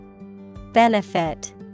Benefit